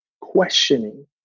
questioning